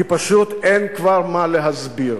כי פשוט אין כבר מה להסביר.